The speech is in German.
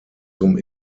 zum